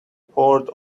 poured